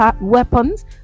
weapons